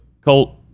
colt